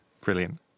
Brilliant